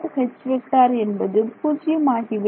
H என்பது பூஜ்ஜியம் ஆகிவிடும்